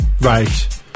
right